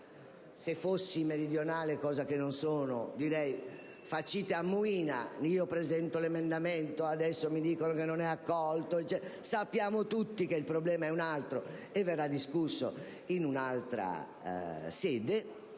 io fossi meridionale (non lo sono), direi: «facite ammuina». Io presento l'emendamento, poi mi dicono che non è accolto, ma sappiamo tutti che il problema è un altro, e verrà discusso in un'altra sede.